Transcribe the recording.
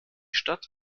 stadt